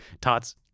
Tots